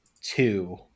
two